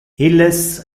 illes